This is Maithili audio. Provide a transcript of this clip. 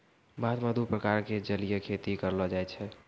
भारत मॅ दू प्रकार के जलीय खेती करलो जाय छै